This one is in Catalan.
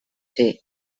ser